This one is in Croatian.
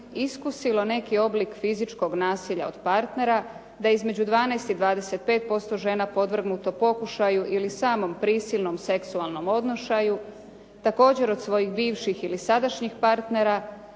iskusilo neki oblik fizičkog nasilja od partnera, da je između 12 i 25% žena podvrgnuto pokušaju ili samom prisilnom seksualnom odnošaju također od svojih bivših ili sadašnjih partnera